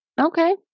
Okay